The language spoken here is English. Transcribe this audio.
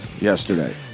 yesterday